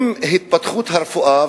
עם התפתחות הרפואה,